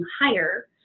higher